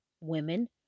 women